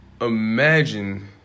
imagine